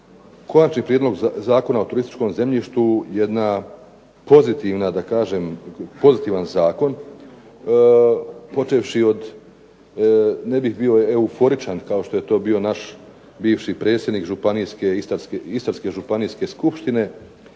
Konačni prijedlog zakona o turističkom zemljištu jedna pozitivna da kažem, pozitivan zakon počevši od ne bih bio euforičan kao što je to bio naš bivši predsjednik županijske, istarske županijske Skupštine